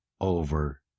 over